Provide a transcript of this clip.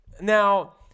now